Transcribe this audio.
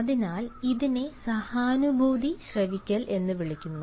അതിനാൽ ഇതിനെ സഹാനുഭൂതി ശ്രവിക്കൽ എന്ന് വിളിക്കുന്നു